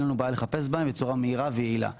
לנו בעיה לחפש בהם בצורה יעילה ומהירה.